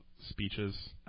speeches